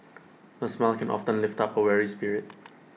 A smile can often lift up A weary spirit